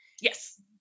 Yes